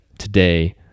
today